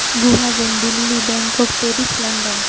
ᱜᱩᱦᱟᱜᱚᱱ Delhi Bangkok Paris London